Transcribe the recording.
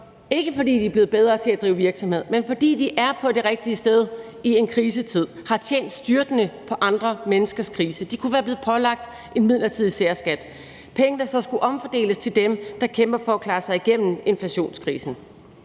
ikke fordi de er blevet bedre til at drive virksomheder, men fordi de er på det rigtige sted i en krisetid, har tjent styrtende på andre menneskers krise, kunne være blevet pålagt en midlertidig særskat, penge, der så skulle omfordeles til dem, der kæmper for at klare sig igennem inflationskrisen.